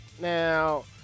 now